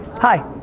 hi.